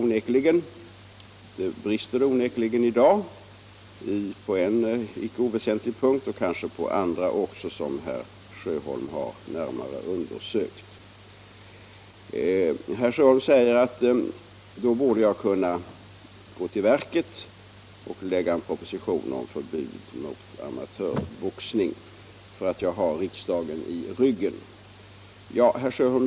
Oneklingen brister det i dag på en icke oväsentlig punkt och kanske också på andra punkter som herr Sjöholm närmare har undersökt. Herr Sjöholm säger att då borde jag kunna gå till verket och lägga fram en proposition om förbud mot amatörboxning, eftersom jag har riksdagen i ryggen.